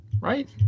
right